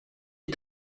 des